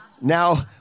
Now